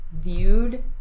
viewed